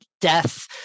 death